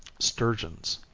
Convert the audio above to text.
sturgeons.